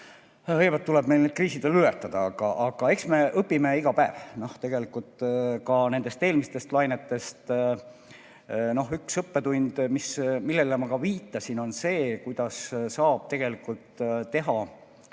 Kõigepealt tuleb meil need kriisid veel ületada, aga eks me õpime iga päev. Tegelikult ka nendest eelmistest lainetest on üks õppetund, millele ma ka viitasin, see, kuidas saab tööd efektiivsemaks